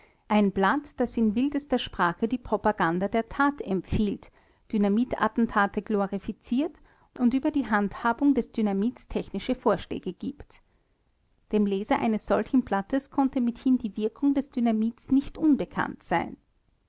ein blatt das in wildester sprache die propaganda der tat empfiehlt dynamitattentate glorifiziert und über die handhabung des dynamits technische vorschläge gibt dem leser eines solchen blattes konnte mithin die wirkung des dynamits nicht unbekannt sein